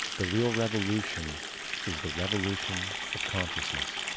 the real revolution is the revolution of consciousness,